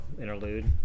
interlude